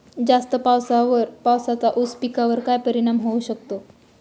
जास्त पावसाचा ऊस पिकावर काय परिणाम होऊ शकतो?